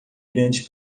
grandes